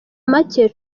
make